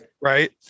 Right